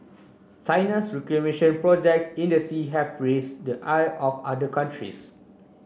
China's reclamation projects in the sea have raised the ire of other countries